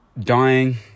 dying